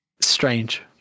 strange